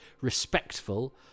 respectful